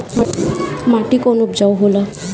माटी कौन उपजाऊ होला?